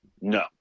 No